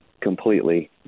completely